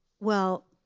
well,